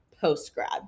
post-grad